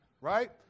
right